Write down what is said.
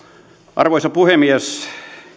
arvoisa puhemies